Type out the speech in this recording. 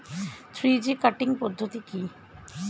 Three G cutting পদ্ধতি কি?